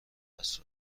است